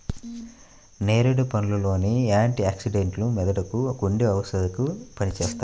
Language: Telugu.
నేరేడు పండ్ల లోని యాంటీ ఆక్సిడెంట్లు మెదడుకు, గుండెకు ఔషధంగా పనిచేస్తాయి